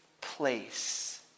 place